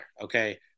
Okay